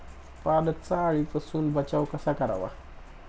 पालकचा अळीपासून बचाव कसा करावा?